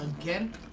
again